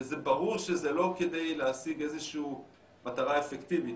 זה ברור שזה לא כדי להשיג איזה שהיא מטרה אפקטיבית,